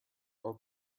are